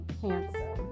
cancer